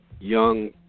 young